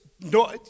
no